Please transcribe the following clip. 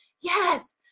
yes